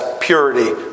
purity